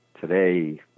today